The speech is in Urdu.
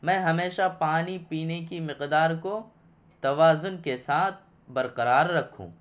میں ہمیشہ پانی پینے کی مقدار کو توازن کے ساتھ برقرار رکھوں